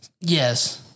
Yes